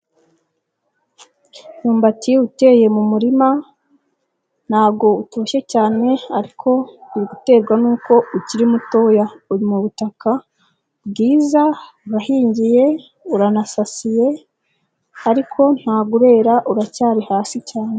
Umwumbati uteye mu murima ntabwo utoshye cyane ariko biri guterwa n'uko ukiri mutoya, uri mutaka bwiza, urahingiye, uranasasiye ariko ntabwo urera uracyari hasi cyane.